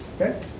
Okay